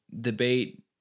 debate